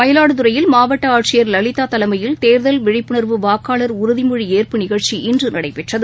மயிலாடுதுறையில் மாவட்டஆட்சியர் லலிதாதலைமையில் தேர்தல் விழிப்புணர்வு வாக்காளர் உறுதிமொழிஏற்பு நிகழ்ச்சி இன்றுநடைபெற்றது